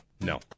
No